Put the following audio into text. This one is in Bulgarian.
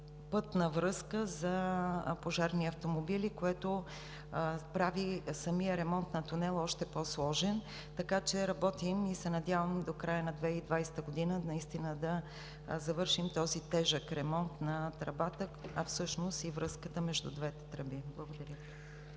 пътна връзка за пожарни автомобили, което прави ремонта на тунела още по-сложен. Работим и се надявам до края на 2020 г. наистина да завършим този тежък ремонт на тръбата, а всъщност и връзката между двете тръби. Благодаря